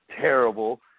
terrible